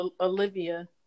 Olivia